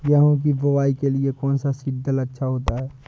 गेहूँ की बुवाई के लिए कौन सा सीद्रिल अच्छा होता है?